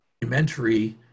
documentary